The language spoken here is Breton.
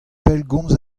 pellgomz